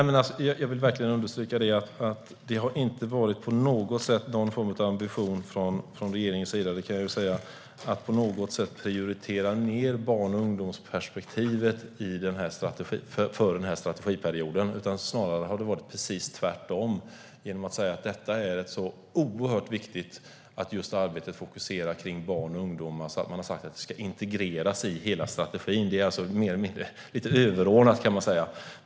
Herr talman! Låt mig understryka att det inte på något sätt har varit en ambition från regeringen att prioritera ned barn och ungdomsperspektivet för denna strategiperiod. Snarare har det varit tvärtom. Det är så viktigt för regeringen att arbetet fokuserar på barn och ungdomar att det har integrerats i hela strategin. Man skulle kunna säga att det är överordnat.